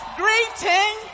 greeting